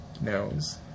knows